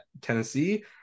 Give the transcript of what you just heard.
Tennessee